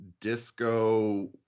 disco